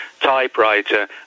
typewriter